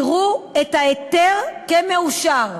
יראו את ההיתר כמאושר.